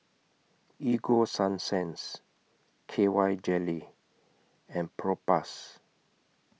Ego Sunsense K Y Jelly and Propass